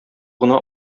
гына